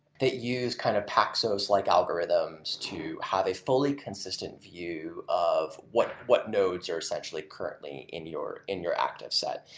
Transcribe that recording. that use kind of paxos-like algorithms to have a fully consistent view of what nodes nodes are essentially currently in your in your active set.